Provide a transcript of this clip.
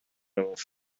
مفت